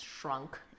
shrunk